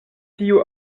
tiu